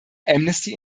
amnesty